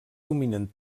dominen